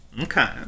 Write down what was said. Okay